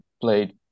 played